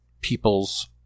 people's